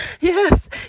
Yes